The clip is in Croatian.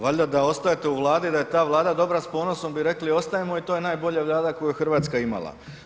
Valjda da ostajete u Vladi i da je ta Vlada dobra s ponosom bi rekli ostajemo i to je najbolja Vlada koju je Hrvatska imala.